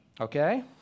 Okay